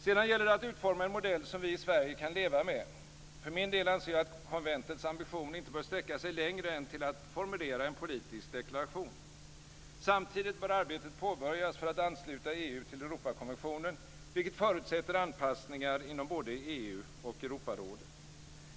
Sedan gäller det att utforma en modell som vi i Sverige kan leva med. För min del anser jag att konventets ambition inte bör sträcka sig längre än till att formulera en politisk deklaration. Samtidigt bör arbetet påbörjas för att ansluta EU till Europakonventionen, vilket förutsätter anpassningar inom både EU och Europarådet.